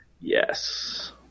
Yes